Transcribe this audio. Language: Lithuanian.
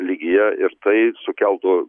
lygyje ir tai sukeltų